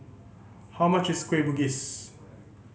how much is Kueh Bugis